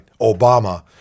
Obama